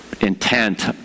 intent